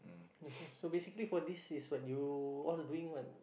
so basically for this is when you all doing what